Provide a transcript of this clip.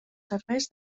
serveis